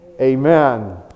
Amen